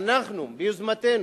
אנחנו ביוזמתנו,